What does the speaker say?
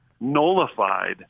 nullified